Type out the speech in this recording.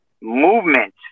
movement